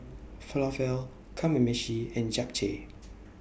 Falafel Kamameshi and Japchae